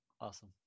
Awesome